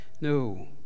No